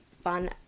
fun